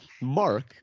Mark